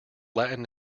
latin